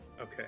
Okay